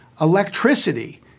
Electricity